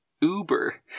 Uber